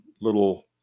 little